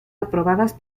aprobadas